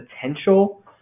potential